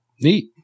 Neat